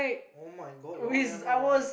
[oh]-my-god you all never run